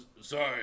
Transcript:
Sorry